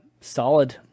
solid